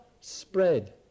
spread